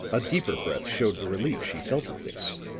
a deeper breath showed the relief she felt at this